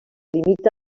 limita